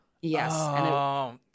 Yes